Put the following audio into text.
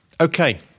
Okay